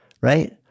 right